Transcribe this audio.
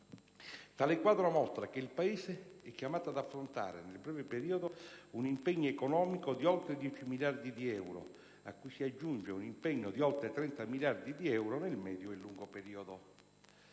Tale quadro mostra che il Paese è chiamato ad affrontare, nel breve periodo, un impegno economico di oltre 10 miliardi di euro, a cui si aggiunge un impegno di oltre 30 miliardi di euro nel medio e lungo periodo.